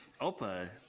Opa